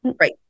right